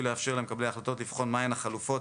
לאפשר למקבלי ההחלטות לבחון מה הן החלופות